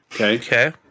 Okay